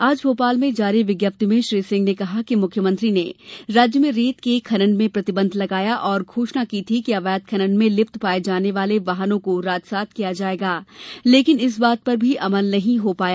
आज भोपाल में जारी विज्ञप्ति में श्री सिंह ने कहा कि मुख्यमंत्री ने राज्य में रेत के खनन में प्रतिबंध लगाया और घोषणा की थी कि अवैध खनन में लिप्त पाये जाने वाले वाहनों को राजसात किया जायेगा लेकिन इस बात पर भी अमल नहीं हो पाया